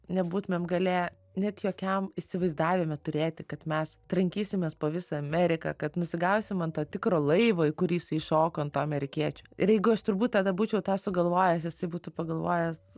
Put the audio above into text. nebūtumėm galėję net jokiam įsivaizdavime turėti kad mes trankysimės po visą ameriką kad nusigausim ant to tikro laivo į kurį jisai šoko ant to amerikiečių ir jeigu aš turbūt tada būčiau tą sugalvojęs jisai būtų pagalvojęs